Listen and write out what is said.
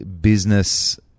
business